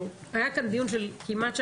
היה כאן דיון של כמעט שעתיים,